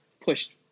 pushed